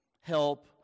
Help